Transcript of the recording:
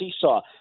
seesaw